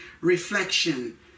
Reflection